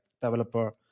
developer